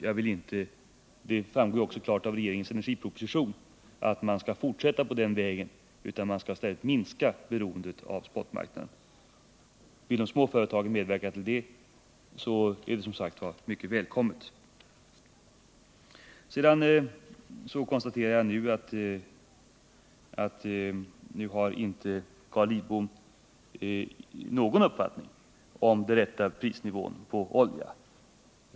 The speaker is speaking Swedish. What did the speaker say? Jag vill inte — det framgår också klart av regeringens energiproposition — att man skall fortsätta på den vägen, utan man skall i stället minska beroendet av spotmarknaden. Vill de små företagen medverka till detta, är det som sagt mycket välkommet. Sedan konstaterar jag att nu har Carl Lidbom inte någon uppfattning alls om den rätta prisnivån för olja.